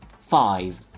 Five